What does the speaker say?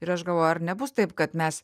ir aš galvoju ar nebus taip kad mes